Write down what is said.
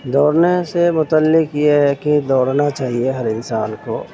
دوڑنے سے متعلق یہ ہے کہ دوڑنا چاہیے ہر انسان کو